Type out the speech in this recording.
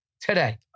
today